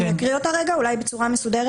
אקריא אותה אולי בצורה מסודרת,